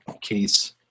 case